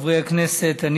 חברי הכנסת,